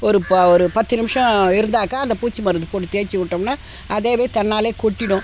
ஒரு ப ஒரு பத்து நிமிஷம் இருந்தாக்கா அந்த பூச்சி மருந்து போட்டு தேச்சு விட்டோம்னா அதாகவே தன்னாலே கொட்டிவிடும்